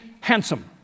handsome